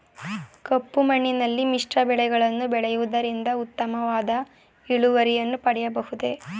ಕಪ್ಪು ಮಣ್ಣಿನಲ್ಲಿ ಮಿಶ್ರ ಬೆಳೆಗಳನ್ನು ಬೆಳೆಯುವುದರಿಂದ ಉತ್ತಮವಾದ ಇಳುವರಿಯನ್ನು ಪಡೆಯಬಹುದೇ?